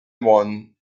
one